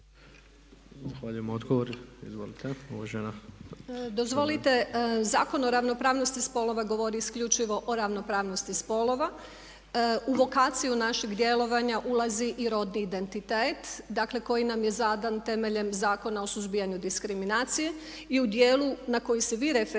Višnja Ljubičić. **Ljubičić, Višnja** Dozvolite, Zakon o ravnopravnosti spolova govori isključivo o ravnopravnosti spolova, u lokaciju našeg djelovanja ulazi i rodni identitet, dakle koji nam je zadan temeljem Zakona o suzbijanju diskriminacije i u djelu na koji se vi referirate,